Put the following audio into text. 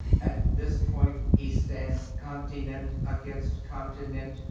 at this point he stands continent against continent,